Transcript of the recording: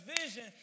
vision